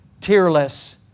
tearless